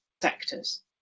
sectors